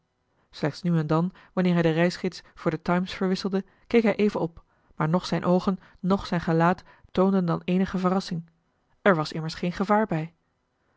slechts nu en dan wanneer hij den reisgids voor de times verwisselde keek hij even op maar noch zijne oogen noch zijn gelaat toonden dan eenige verrassing er was immers geen gevaar bij